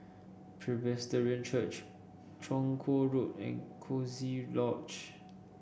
Presbyterian Church Chong Kuo Road and Coziee Lodge